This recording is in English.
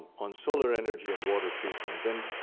on solar energy and water treatment. and